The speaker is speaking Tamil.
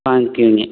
வாங்கிக்குவீங்க